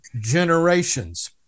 generations